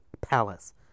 palace